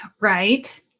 Right